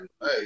hey